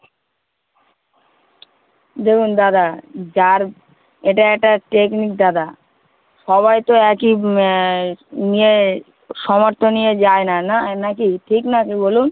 দেখুন দাদা যার এটা একটা টেকনিক দাদা সবাই তো একই নিয়ে সামর্থ নিয়ে যায় না না না কি ঠিক না কী বলুন